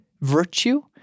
virtue